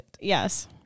Yes